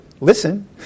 Listen